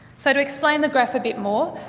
so, to explain the graph a bit more,